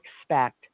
expect